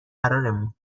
قرارمون